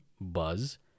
Buzz